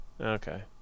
Okay